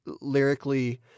lyrically